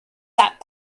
that